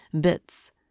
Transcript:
bits